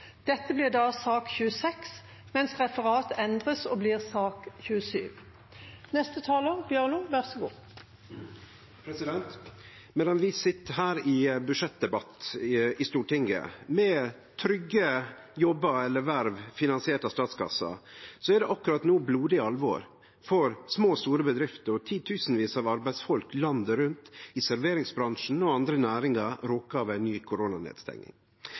Dette blir da sak nr. 26, mens Referat endres og blir sak nr. 27. Da går vi videre på talerlisten, og neste taler er Alfred Jens Bjørlo. Medan vi sit her i budsjettdebatt i Stortinget, med trygge jobbar eller verv finansierte av statskassa, er det akkurat no blodig alvor for små og store bedrifter og titusenvis av arbeidsfolk landet rundt i serveringsbransjen og andre næringar som er råka av ei ny koronanedstenging.